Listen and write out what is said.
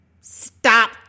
Stop